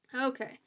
Okay